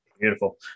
Beautiful